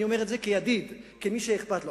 אני אומר את זה כידיד, כמי שאכפת לו.